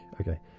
okay